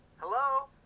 hello